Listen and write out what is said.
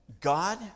God